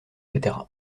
etc